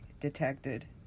detected